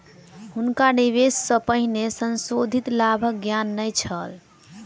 हुनका निवेश सॅ पहिने संशोधित लाभक ज्ञान नै छल